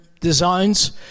designs